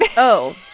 yeah oh.